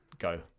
go